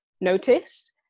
notice